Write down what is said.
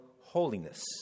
holiness